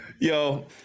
Yo